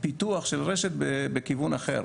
וזה פיתוח של רשת בכיוון אחר.